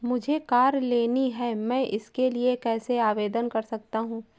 मुझे कार लेनी है मैं इसके लिए कैसे आवेदन कर सकता हूँ?